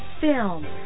film